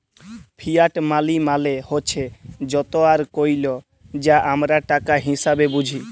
fiat মালি মালে হছে যত আর কইল যা আমরা টাকা হিসাঁবে বুঝি